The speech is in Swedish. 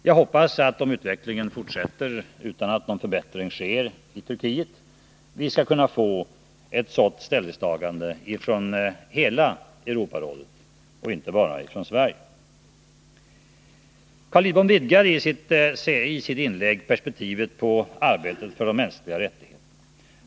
Jag hoppas att, om utvecklingen fortsätter utan att någon förbättring sker i Turkiet, vi skall kunna få ett sådant ställningstagande från hela Europarådet och inte bara från Sverige. Carl Lidbom vidgade i sitt inlägg perspektivet på arbetet för de mänskliga rättigheterna.